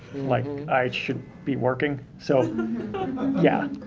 like i should be working, so yeah.